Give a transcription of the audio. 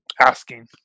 asking